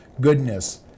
goodness